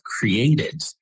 created